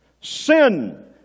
Sin